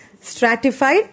stratified